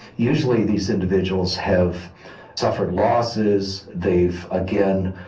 usually these individuals have suffered losses, they've, again,